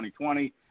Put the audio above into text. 2020